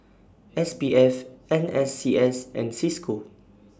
S P F N S C S and CISCO